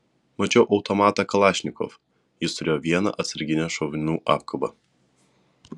mačiau automatą kalašnikov jis turėjo vieną atsarginę šovinių apkabą